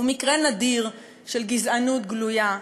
הוא מקרה נדיר של גזענות גלויה,